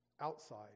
outside